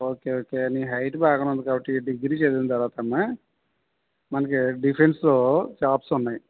okay okay నీ height బాగానే ఉంది కాబట్టి డిగ్రీ చదివిన తరువాత అమ్మ మనకి డిఫెన్స్లో జాబ్స్ ఉన్నాయి